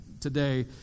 today